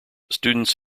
students